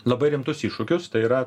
labai rimtus iššūkius tai yra